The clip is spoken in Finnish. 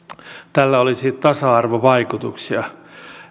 tällä olisi tasa arvovaikutuksia